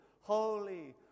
holy